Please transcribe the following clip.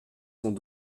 sont